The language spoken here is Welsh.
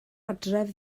adref